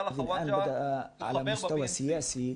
סאלח חוואג'ה, חבר ב-BNC.